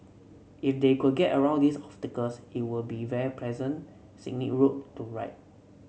if they could get around these obstacles it would be a very pleasant scenic route to ride